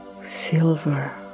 silver